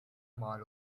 mal